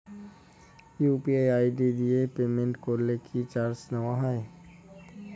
UPI ID দিয়ে payment করলে কি চার্জ নেয়া হয়?